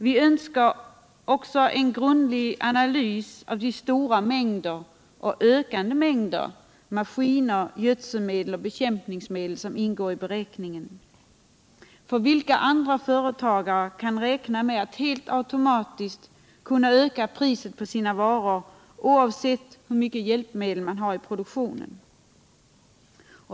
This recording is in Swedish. Vi önskar också en grundlig analys av de stora och ökande mängder maskiner, gödselmedel och bekämpningsmedel som ingår i beräkningen. Vilka andra företagare kan räkna med att helt automatiskt kunna öka priset på sina varor, oavsett hur mycket hjälpmedel man har i produktionen?